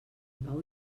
pau